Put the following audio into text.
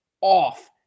off